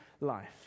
life